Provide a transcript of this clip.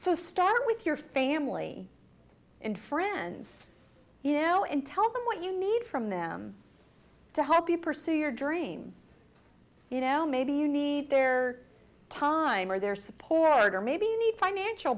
so start with your family and friends you know and tell them what you need from them to help you pursue your dream you know maybe you need their time or their support or maybe